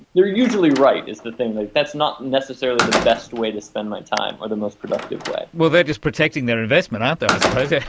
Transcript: they're usually right, is the thing. that's not necessarily the best way to spend my time or the most productive way. well, they're just protecting their investment, aren't they, i suppose, yeah